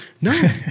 No